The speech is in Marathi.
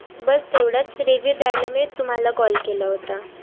बस तेवढाच रिव्ह्यू द्यायला मी तुम्हाला कॉल केला होता